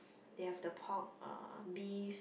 they have the pork uh beef